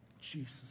Jesus